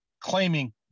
claiming